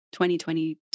2022